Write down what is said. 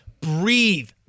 breathe